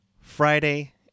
friday